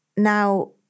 Now